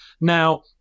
Now